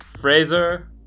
Fraser